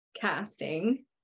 casting